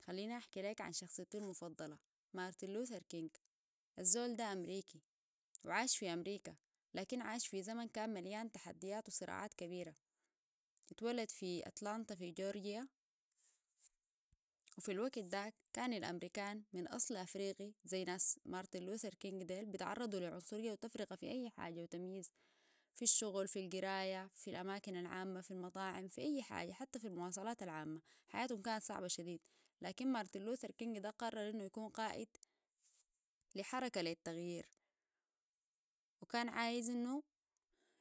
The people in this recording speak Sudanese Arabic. خليني احكي ليك شخصيته المفضلة مارتين لوثر كينغ الزول ده أمريكي وعاش في أمريكا لكن عاش فيه زمن كان مليان تحديات وصراعات كبيرة اتولد في أطلانتا في جورجيا وفي الوقت ده كان الأمريكان من أصل أفريقي زي ناس مارتين لوثر كينغ ده بتعرضوا لعنصرية وتفرقة في أي حاجة وتمييز في الشغل في القراية في الأماكن العامة في المطاعم في أي حاجة حتى في المواصلات العامة حياتهم كانت صعبة شديد لكن مارتين لوثر كينغ ده قرر انه يكون قائد لحركة للتغيير وكان عايز انو